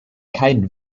kein